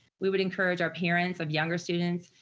we would encourage our parents of younger students,